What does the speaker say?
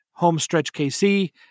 HomestretchKC